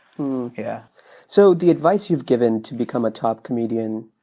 yeah so the advice you've given to become a top comedian,